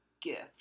gift